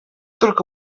только